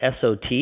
SOT